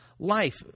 Life